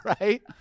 right